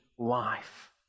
Life